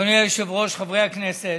אדוני היושב-ראש, חברי הכנסת,